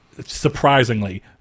surprisingly